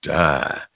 die